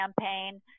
campaign